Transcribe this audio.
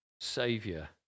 Saviour